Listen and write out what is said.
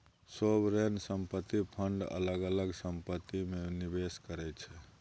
sovereign संपत्ति fund अलग अलग संपत्ति मे निबेस करै छै